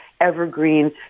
evergreen